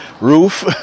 roof